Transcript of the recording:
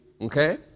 Okay